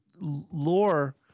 lore